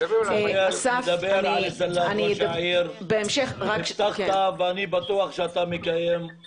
כבוד השר, אני בטוח שאתה מקיים.